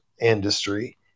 industry